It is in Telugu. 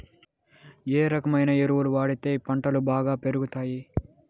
ఏ రకమైన ఎరువులు వాడితే పంటలు బాగా పెరుగుతాయి?